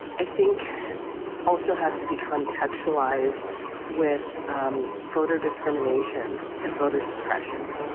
i think also has to be contextualized with um voter discrimination and voter suppression,